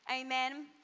Amen